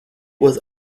was